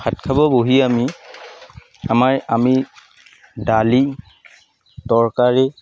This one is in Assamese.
ভাত খাব বহিয়ে আমি আমাৰ আমি দালি তৰকাৰী